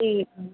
ठीक है